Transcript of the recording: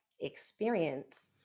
experience